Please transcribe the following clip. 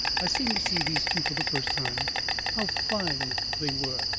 i seemed to see these two for the first time how fine they were,